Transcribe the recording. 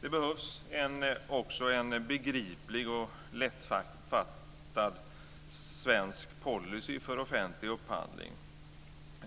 Det behövs också en begriplig och lättfattlig svensk policy för offentlig upphandling